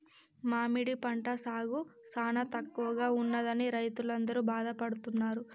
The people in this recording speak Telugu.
మామిడి పంట సాగు సానా తక్కువగా ఉన్నదని రైతులందరూ బాధపడుతున్నారు